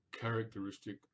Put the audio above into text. characteristic